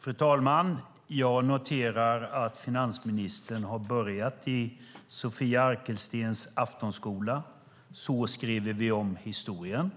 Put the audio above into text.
Fru talman! Jag noterar att finansministern har börjat i Sofia Arkelstens aftonskola Så skriver vi om historien.